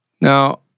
Now